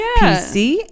pc